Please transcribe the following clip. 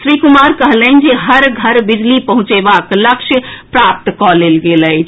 श्री कुमार कहलनि जे हर घर बिजली पहुंचएबाक लक्ष्य प्राप्त कऽ लेल गेल अछि